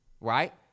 right